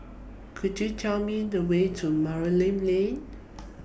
Could YOU Tell Me The Way to Lane